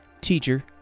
Teacher